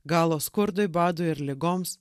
galo skurdui badui ir ligoms